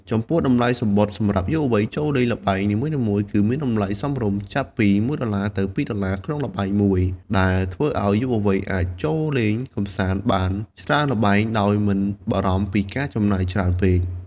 ចំពោះ តម្លៃសំបុត្រសម្រាប់យុវវ័យចូលលេងល្បែងនីមួយៗគឺមានតម្លៃសមរម្យ ចាប់ពី ១ ដុល្លារ ទៅ ២ ដុល្លារក្នុងល្បែងមួយ ដែលធ្វើឱ្យយុវវ័យអាចចូលលេងកម្សាន្តបានច្រើនល្បែងដោយមិនបារម្ភពីការចំណាយច្រើនពេក។